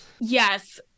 yes